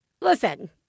Listen